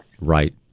Right